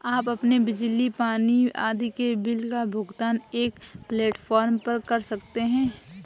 आप अपने बिजली, पानी आदि के बिल का भुगतान एक प्लेटफॉर्म पर कर सकते हैं